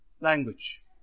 language